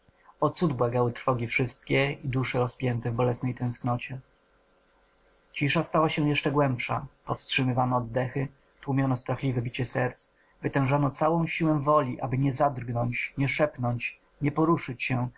o cud błagały trwogi wszystkie i dusze rozpięte w bolesnej tęsknocie cisza stała się jeszcze głębszą powstrzymywano oddechy tłumiono strachliwe bicie serc wytężano całą siłę woli aby nie zadrgnąć nie szepnąć nie poruszyć się